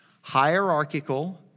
hierarchical